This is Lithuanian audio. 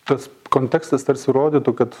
tas kontekstas tarsi rodytų kad